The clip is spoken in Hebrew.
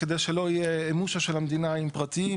כדי שלא יהיה מושה של המדינה עם פרטיים,